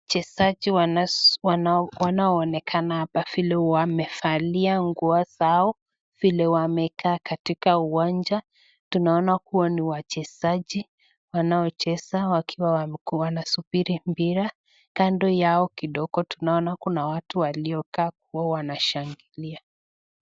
Wachezaji wanaoonekana hapa vile wamevalia nguo zao, vile wamekaa katika uwanja tunaona kuwa ni wachezaji wanaocheza wakiwa wanasubiri mpira. Kando yao kidogo tunaona kuna watu waliokaa kuwa wanashangilia.